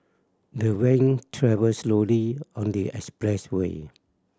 the van travelled slowly on the expressway